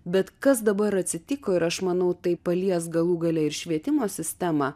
bet kas dabar atsitiko ir aš manau tai palies galų gale ir švietimo sistemą